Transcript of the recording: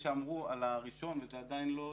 שאמרו על ה-1 וזה עדיין לא קרה,